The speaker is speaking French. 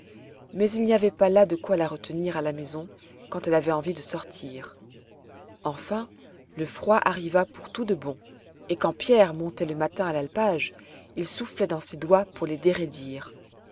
mais il n'y avait pas là de quoi la retenir à la maison quand elle avait envie de sortir enfin le froid arriva pour tout de bon et quand pierre montait le matin à l'alpage il soufflait dans ses doigts pour les déraidir